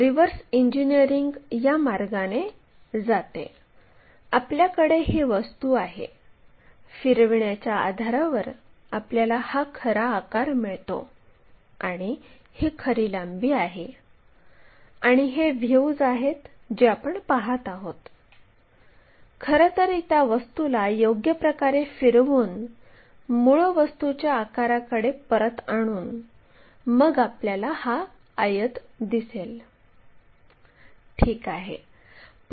traces आणि या line ज्या आडव्या प्लेनमध्ये उभ्या प्लेनमध्ये छेदतात आणि वेगवेगळ्या प्रोजेक्शननुसार ते कसे हस्तांतरित करायचे याबद्दल आपण पुढील वर्गामध्ये शिकूया